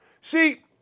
See